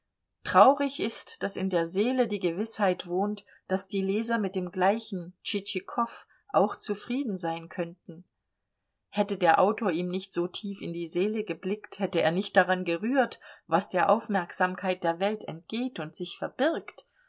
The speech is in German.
traurig ist daß in der seele die gewißheit wohnt daß die leser mit dem gleichen tschitschikow auch zufrieden sein könnten hätte der autor ihm nicht so tief in die seele geblickt hätte er nicht daran gerührt was der aufmerksamkeit der welt entgeht und sich verbirgt